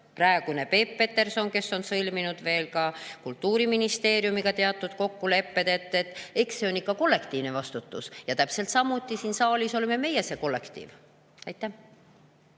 Peep Peterson, kes on sõlminud veel Kultuuriministeeriumiga teatud kokkulepped. Eks see on ikka kollektiivne vastutus. Ja täpselt samuti, siin saalis oleme meie see kollektiiv. Suur